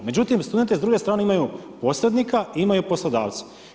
Međutim, studenti s druge strane imaju posrednika i imaju poslodavca.